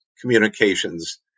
communications